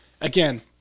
again